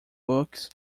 books